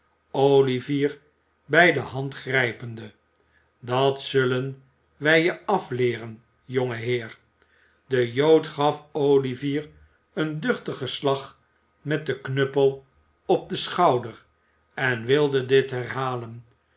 bij den arm grijpende dat zullen wij je afleeren jongeheer de jood gaf olivier een duchtigen slag met den knuppel op den schouder en wilde dit herhalen